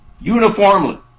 uniformly